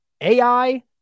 AI